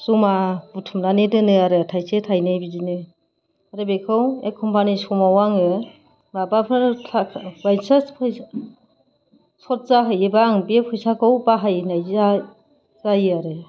जमा बुथुमनानै दोनो आरो थायसे थायनै बिदिनो आरो बेखौ एखनबानि समाव आङो माबाफोर थाखा बायचान्स फैसा सर्ट जाहैयोबा आं बे फैसाखौ बाहायनाय जायो आरो